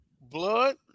Blood